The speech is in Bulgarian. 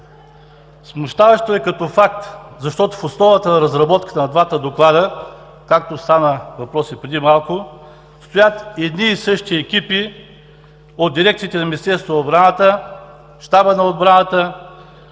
Смущаващо е като факт, защото в основата на разработката на двата доклада, както стана въпрос и преди малко, стоят едни и същи екипи от дирекциите на Министерството на отбраната, Щаба на отбраната,